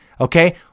okay